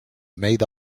made